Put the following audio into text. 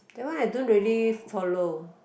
that one I don't really follow